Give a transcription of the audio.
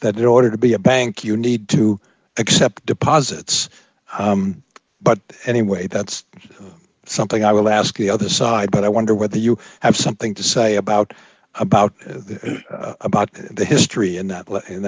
that in order to be a bank you need to accept deposits but anyway that's something i will ask the other side but i wonder whether you have something to say about about about the history in that in